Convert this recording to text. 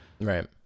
Right